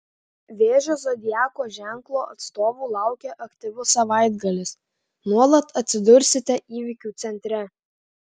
vėžio zodiako ženklo atstovų laukia aktyvus savaitgalis nuolat atsidursite įvykių centre